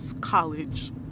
college